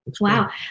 Wow